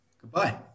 Goodbye